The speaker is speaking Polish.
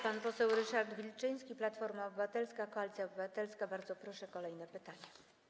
Pan poseł Ryszard Wilczyński, Platforma Obywatelska - Koalicja Obywatelska, bardzo proszę, zada kolejne pytanie.